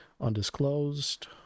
undisclosed